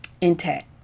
Intact